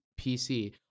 pc